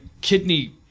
kidney